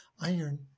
iron